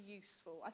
useful